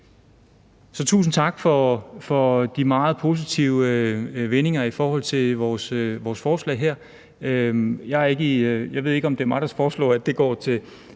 tusind tak for de meget positive vendinger om vores forslag. Jeg ved ikke, om det er mig, der skal foreslå, at det går til